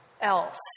else